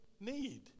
need